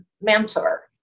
mentor